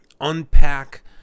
unpack